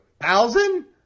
thousand